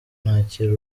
nakira